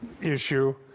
issue